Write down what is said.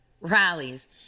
rallies